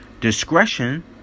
discretion